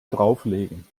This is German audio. drauflegen